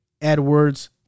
Edwards